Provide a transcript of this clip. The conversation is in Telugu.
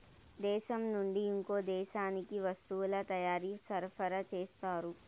దేశం నుండి ఇంకో దేశానికి వస్తువుల తయారీ సరఫరా చేస్తారు